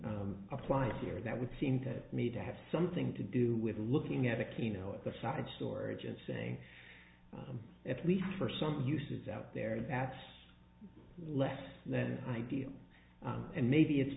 the appliance here that would seem to me to have something to do with looking at a casino at the site storage and saying i'm at least for some uses out there that's less than ideal and maybe it's